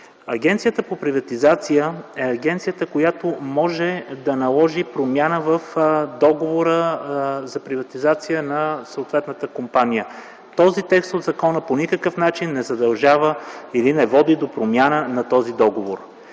Агенцията за приватизация е агенцията, която може да наложи промяна в договора за приватизация на съответната компания. Този текст от закона по никакъв начин не задължава или не води до промяна на този договор.